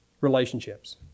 relationships